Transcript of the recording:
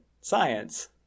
science